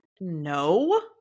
No